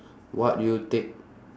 what do you take